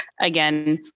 Again